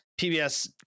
pbs